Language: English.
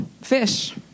fish